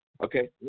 Okay